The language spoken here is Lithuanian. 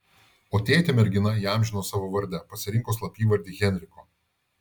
o tėtį mergina įamžino savo varde pasirinko slapyvardį henriko